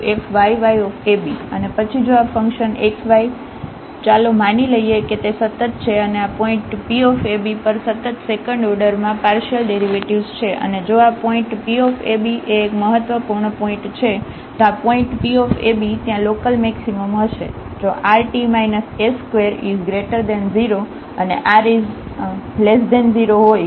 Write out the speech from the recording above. અને પછી જો આ ફંક્શન f x y ચાલો માની લઈએ કે તે સતત છે અને આ પોઇન્ટ P a b પર સતત સેકન્ડ ઓર્ડરમાં પાર્શિયલ ડેરિવેટિવ્ઝ છે અને જો આ પોઇન્ટ P a b એ એક મહત્વપૂર્ણ પોઇન્ટ છે તો આ પોઇન્ટ P a b ત્યાં લોકલમેક્સિમમ હશે જો rt s20 અને r 0 હોય